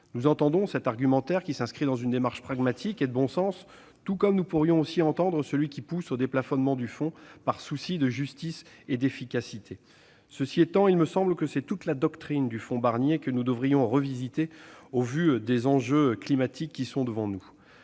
Nous entendons cet argumentaire, qui s'inscrit dans une démarche pragmatique et de bon sens, tout comme nous pourrions aussi entendre celui qui incite au déplafonnement du fonds par souci de justice et d'efficacité. Cela étant, il me semble que c'est toute la doctrine du fonds Barnier que nous devrions revisiter au vu des enjeux climatiques auxquels nous